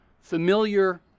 familiar